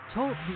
Talk